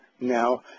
now